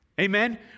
Amen